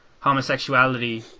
homosexuality